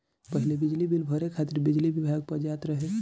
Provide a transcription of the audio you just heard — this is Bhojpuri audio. पहिले बिजली बिल भरे खातिर बिजली विभाग पअ जात रहे